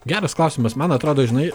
geras klausimas man atrodo žinai